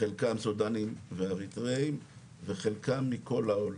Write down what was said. חלקם סודנים ואריתראים וחלקם מכל העולם.